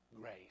grace